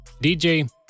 DJ